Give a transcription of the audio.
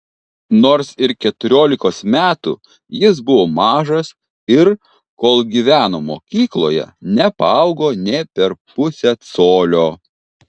nors ir keturiolikos metų jis buvo mažas ir kol gyveno mokykloje nepaaugo nė per pusę colio